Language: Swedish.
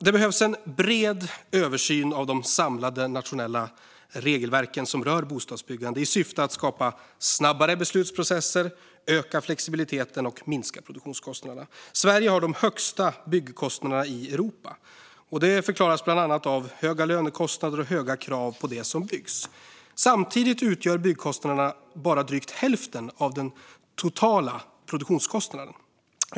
Det behövs en bred översyn av de samlade nationella regelverken för bostadsbyggande i syfte att skapa snabbare beslutsprocesser, öka flexibiliteten och minska produktionskostnaderna. Sverige har de högsta byggkostnaderna i Europa. Detta förklaras bland annat av höga lönekostnader och höga krav på det som byggs. Samtidigt utgör byggkostnaderna bara drygt hälften av den totala produktionskostnaden.